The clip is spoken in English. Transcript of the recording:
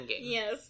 Yes